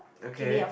okay